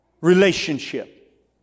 Relationship